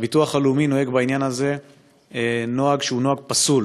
והביטוח הלאומי נוהג בעניין הזה נוהג פסול.